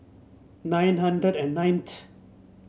nine hundred and night